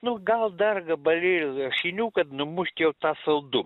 nu gal dar gabalėlį lašinių kad numuščiau tą saldu